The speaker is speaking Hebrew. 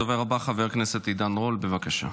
הדובר הבא, חבר הכנסת עידן רול, בבקשה.